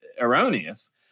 erroneous